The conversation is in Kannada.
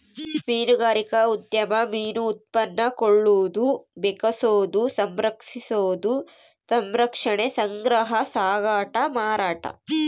ಮೀನುಗಾರಿಕಾ ಉದ್ಯಮ ಮೀನು ಉತ್ಪನ್ನ ಕೊಳ್ಳೋದು ಬೆಕೆಸೋದು ಸಂಸ್ಕರಿಸೋದು ಸಂರಕ್ಷಣೆ ಸಂಗ್ರಹ ಸಾಗಾಟ ಮಾರಾಟ